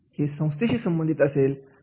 हे संस्थेशी संबंधित असते